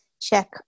check